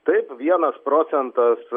taip vienas procentas